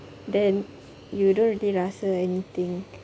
then you don't really rasa anything